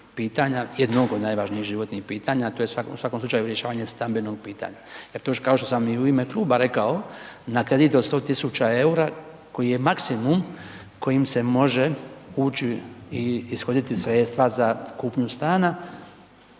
jednog od najvažnijeg životnog pitanja a to je u svakom slučaju rješavanje stambenog pitanja. Dakle kao što sam i u ime kluba rekao, na kredit od 100 000 eura koji je maksimum kojim se može ući i ishoditi sredstva za kupnju stana,